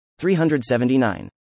379